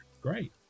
Great